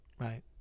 Right